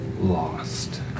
lost